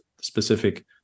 specific